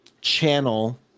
channel